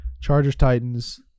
Chargers-Titans